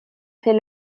fait